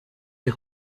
iyi